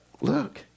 look